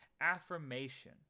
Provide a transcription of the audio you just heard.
affirmation